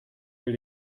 will